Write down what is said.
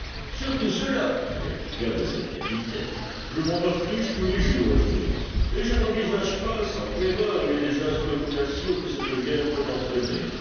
surtout ceux-là répliqua le jeune capitaine je m'en afflige tous les jours james et je n'envisage pas sans terreur les désastres commerciaux que cette guerre peut entraîner